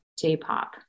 J-pop